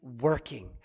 Working